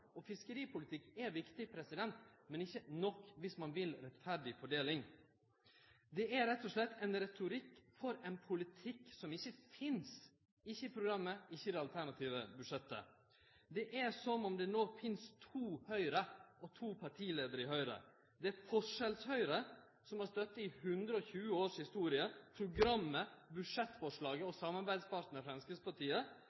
Fiskeripolitikk er viktig, men ikkje nok dersom ein vil rettferdig fordeling. Det er rett og slett ein retorikk for ein politikk som ikkje finst – ikkje i programmet, ikkje i det alternative budsjettet. Det er som om det no finst to Høgre og to partileiarar i Høgre. Det er forskjells-Høgre, som har støtte i 120 års historie, programmet, budsjettforslaget og